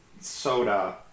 soda